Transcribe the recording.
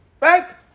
Right